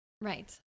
right